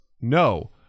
no